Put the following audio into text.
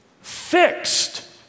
Fixed